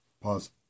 Pause